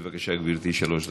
בבקשה, גברתי, שלוש דקות.